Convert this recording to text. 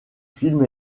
films